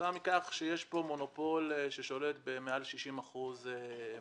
כתוצאה מכך שיש פה מונופול ששולט במעל 60% מהשוק.